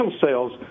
sales